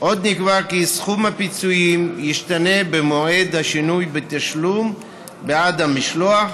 עוד נקבע כי סכום הפיצויים ישתנה במועד השינוי בתשלום בעד המשלוח,